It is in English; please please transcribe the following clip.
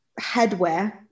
headwear